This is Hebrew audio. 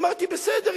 אמרתי: בסדר.